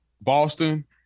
Boston